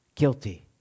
guilty